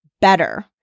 better